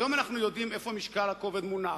היום אנחנו יודעים איפה משקל הכובד מונח.